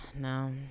No